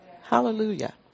Hallelujah